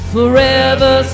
Forever